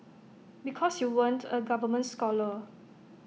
because you weren't A government scholar